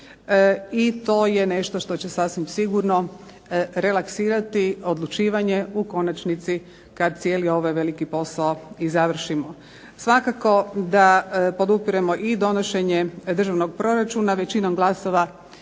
i to je nešto što će sasvim sigurno relaksirati odlučivanje u konačnici kad cijeli ovaj veliki posao i završimo. Svakako da podupiremo i donošenje državnog proračuna većinom glasova